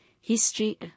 history